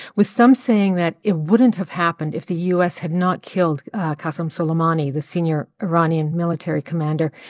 with some saying that it wouldn't have happened if the u s. had not killed qassem soleimani, the senior iranian military commander,